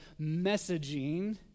messaging